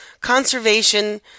conservation